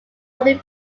only